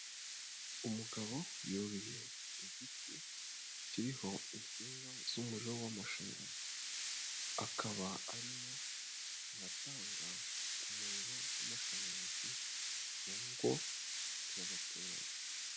Umugabo yuriye igiti kiriho insinga z'umuriro w'amashanyarazi, akaba arimo aratanga umuriro w'amashanyarazi mu ngo z'abaturage.